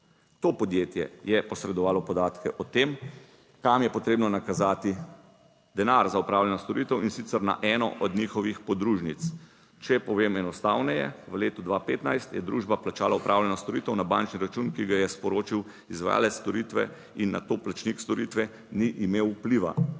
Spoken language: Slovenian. To podjetje je posredovalo podatke o tem, kam je potrebno nakazati denar za opravljanje storitev in sicer na eno od njihovih podružnic. Če povem enostavneje, v letu 2015 je družba plačala opravljeno storitev na bančni račun, ki ga je sporočil izvajalec storitve in na to plačnik storitve ni imel vpliva,